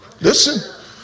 Listen